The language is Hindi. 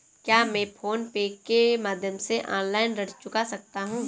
क्या मैं फोन पे के माध्यम से ऑनलाइन ऋण चुका सकता हूँ?